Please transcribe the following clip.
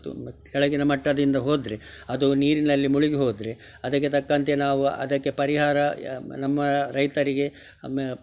ಕೆಳಗಿನ ಮಟ್ಟದಿಂದ ಹೋದರೆ ಅದು ನೀರಿನಲ್ಲಿ ಮುಳುಗಿ ಹೋದರೆ ಅದಕ್ಕೆ ತಕ್ಕಂತೆ ನಾವು ಅದಕ್ಕೆ ಪರಿಹಾರ ನಮ್ಮ ರೈತರಿಗೆ